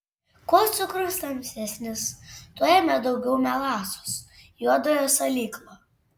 kuo cukrus tamsesnis tuo jame daugiau melasos juodojo salyklo